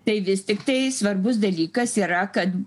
tai vis tiktai svarbus dalykas yra kad